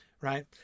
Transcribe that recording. right